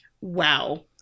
wow